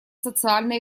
социально